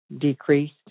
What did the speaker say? decreased